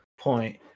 point